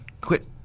quit